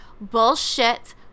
Bullshit